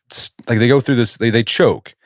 like they go through this, they they choke.